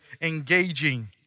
engaging